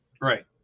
right